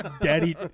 Daddy